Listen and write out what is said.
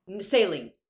saline